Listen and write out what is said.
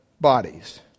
bodies